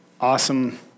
awesome